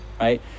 right